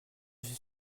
suis